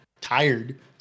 tired